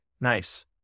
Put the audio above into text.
nice